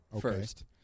first